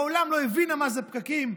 מעולם לא הבינה מה זה פקקים,